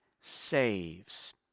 saves